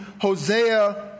Hosea